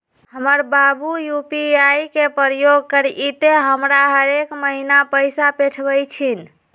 हमर बाबू यू.पी.आई के प्रयोग करइते हमरा हरेक महिन्ना पैइसा पेठबइ छिन्ह